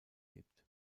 lebt